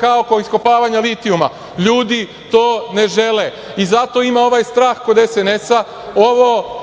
kao oko iskopavanja litijuma. Ljudi to ne žele. Zato ima ovaj strah kod SNS, ovo